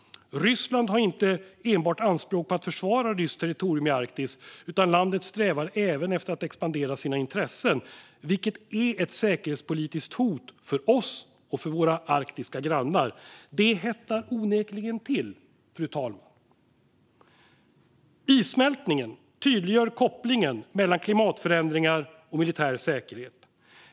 Ryssland har inte enbart anspråk på att försvara ryskt territorium i Arktis, utan landet strävar även efter att expandera sina intressen. Detta är ett säkerhetspolitiskt hot för oss och för våra arktiska grannar. Det hettar onekligen till, fru talman. Issmältningen tydliggör kopplingen mellan klimatförändringar och militär säkerhet.